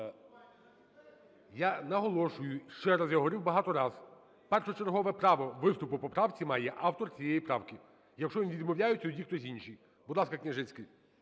Я наголошую ще раз, я говорив багато раз, першочергове право виступу по правці має автор цієї правки. Якщо він відмовляється, тоді хтось інший. Будь ласка, Княжицький.